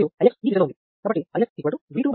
ఇది control source 2 x Ix మరియు Ix ఈ దిశలో ఉంది